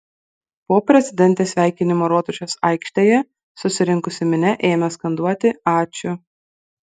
po prezidentės sveikinimo rotušės aikštėje susirinkusi minia ėmė skanduoti ačiū